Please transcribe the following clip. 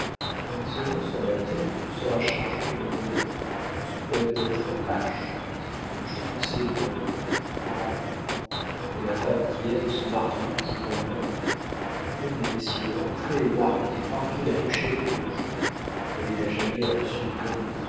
en m'isolant sur la terre tu seras chargé de mon bonheur sous peine d'être un lâche et je te sais noble grand mais la femme qui aime se marque toujours elle-même venez messieurs entrez et marquez marquez la duchesse de langeais elle est à jamais à